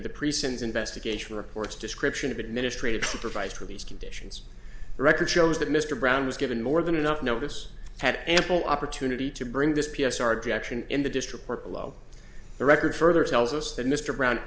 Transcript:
to the present investigation reports description of administrative supervised release conditions the record shows that mr brown was given more than enough notice had ample opportunity to bring this p s r d action in the district court below the record further tells us that mr brown